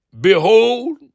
Behold